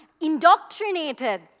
indoctrinated